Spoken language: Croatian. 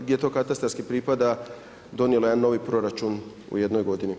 gdje to katastarski pripala donijela jedan novi proračun u jednoj godini.